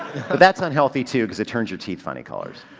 that's unhealthy too, cause it turns your teeth funny colors.